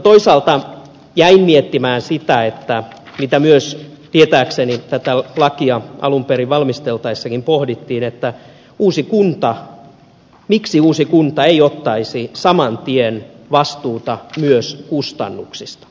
toisaalta jäin miettimään sitä mitä myös tietääkseni tätä lakia alun perin valmisteltaessakin pohdittiin miksi uusi kunta ei ottaisi saman tien vastuuta myös kustannuksista